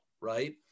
right